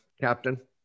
Captain